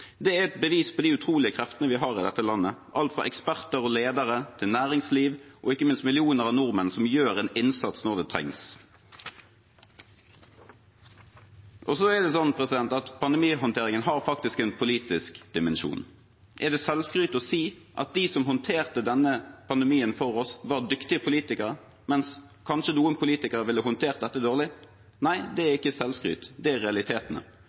Det er et bevis på de utrolige kreftene vi har i dette landet, alt fra eksperter og ledere til næringsliv – og ikke minst millioner av nordmenn som gjør en innsats når det trengs. Så har pandemihåndteringen faktisk en politisk dimensjon. Er det selvskryt å si at de som håndterte denne pandemien for oss, var dyktige politikere, mens noen politikere kanskje ville ha håndtert dette dårlig? Nei, det er ikke selvskryt, det er realitetene.